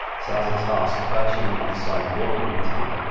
so as a task first, you want to decide what you want to do.